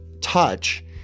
touch